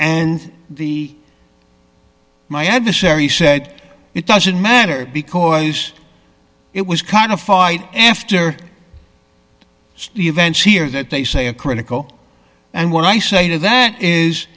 and the my adversary said it doesn't matter because it was kind of fight after the events here that they say a critical and when i say that is